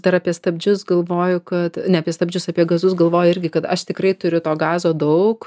dar apie stabdžius galvoju kad ne apie stabdžius apie gazus galvoju irgi kad aš tikrai turiu to gazo daug